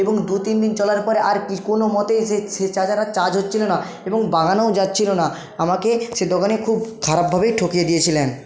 এবং দু তিন দিন চলার পরে আর কি কোনোমতে সে সে চার্জার আর চার্জ হচ্ছিল না এবং বাগানোও যাচ্ছিল না আমাকে সে দোকানি খুব খারাপভাবেই ঠকিয়ে দিয়েছিলেন